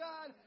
God